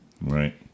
Right